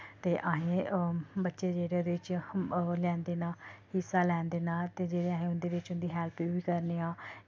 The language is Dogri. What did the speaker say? ते अहें बच्चे जेह्ड़े ओह्दे च लैंदे न हिस्सा लैंदे न ते जेह्ड़े अस उं'दे च उं'दा हैल्प बी करने आं